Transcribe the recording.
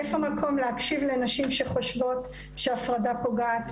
איפה מקום להקשיב לנשים שחושבות שהפרדה פוגעת,